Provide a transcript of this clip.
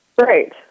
Right